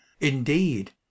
indeed